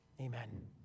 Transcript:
Amen